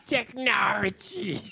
Technology